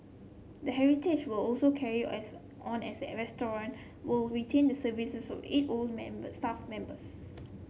the heritage were also carry as on as the restaurant roll retain the services of eight old members staff members